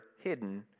hidden